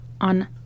on